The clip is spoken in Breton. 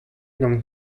gant